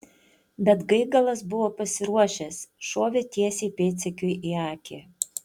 bet gaigalas buvo pasiruošęs šovė tiesiai pėdsekiui į akį